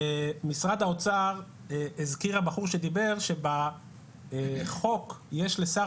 למשרד האוצר הזכיר הבחור שדיבר שבחוק יש לשר